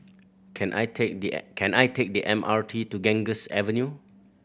can I take the can I take the M R T to Ganges Avenue